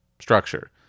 structure